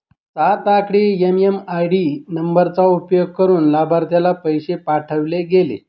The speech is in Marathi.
सात आकडी एम.एम.आय.डी नंबरचा उपयोग करुन अलाभार्थीला पैसे पाठवले गेले